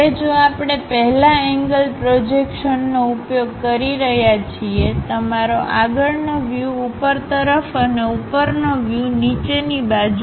હવે જો આપણે પહેલા એન્ગલ પ્રોજેક્શનનો ઉપયોગ કરી રહ્યા છીએતમારો આગળનો વ્યુઉપર તરફ અને ઉપરનો વ્યુનિચેની બાજુ